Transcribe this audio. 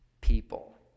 people